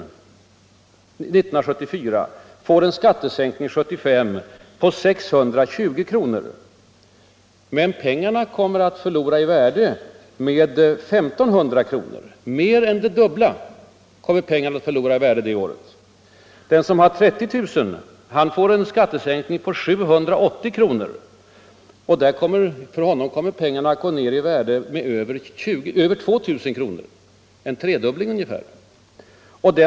år 1974 får 1975 en skattesänkning på 620 kr. Men pengarna kommer att förlora i värde med 1 500 kr., alltså med mer än det dubbla. Den som tjänar 30 000 kr. får en skattesänkning på 780 kr. För honom kommer pengarna att minska i värde med över 2 000 kr., dvs. uppemot en tredubbling. Den som tjänar 40 000 kr.